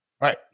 right